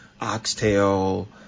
oxtail